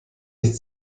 nicht